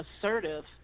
assertive